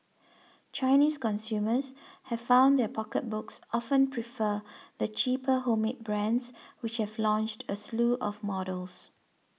Chinese consumers have found their pocketbooks often prefer the cheaper homemade brands which have launched a slew of models